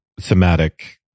thematic